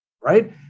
right